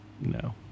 No